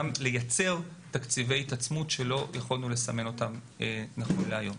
לייצר תקציבי התעצמות שלא יכולנו לסמן אותם נכון להיום.